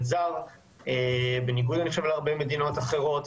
זר וזה בניגוד להרבה מדינות אחרות.